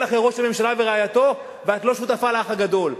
אחרי ראש הממשלה ורעייתו ואת לא שותפה ל"אח הגדול".